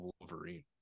Wolverine